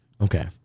okay